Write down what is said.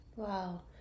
Wow